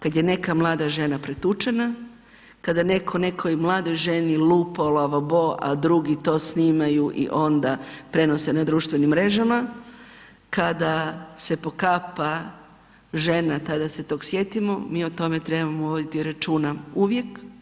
Kad je neka mlada žena pretučena, kada netko nekoj mladoj ženi lupa o lavabo, a drugi to snimanju i onda prenose na društvenim mrežama, kada se pokapa žena tada se tog sjetimo, mi o tome trebamo voditi računa uvijek.